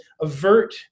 avert